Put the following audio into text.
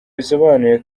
bisobanuye